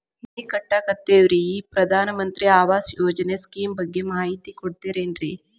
ಮನಿ ಕಟ್ಟಕತೇವಿ ರಿ ಈ ಪ್ರಧಾನ ಮಂತ್ರಿ ಆವಾಸ್ ಯೋಜನೆ ಸ್ಕೇಮ್ ಬಗ್ಗೆ ಮಾಹಿತಿ ಕೊಡ್ತೇರೆನ್ರಿ?